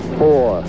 four